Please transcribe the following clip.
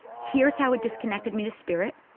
here's how it disconnected me to spirit.